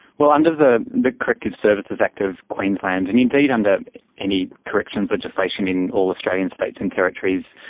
well under the the corrective services act of queensland, and indeed under any corrections legislation in all australian states and territories,